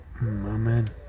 Amen